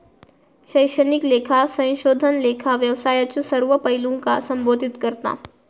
शैक्षणिक लेखा संशोधन लेखा व्यवसायाच्यो सर्व पैलूंका संबोधित करता